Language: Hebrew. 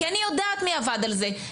כי אני יודעת מי עבד על זה.